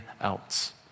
else